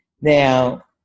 Now